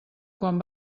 quan